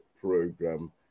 program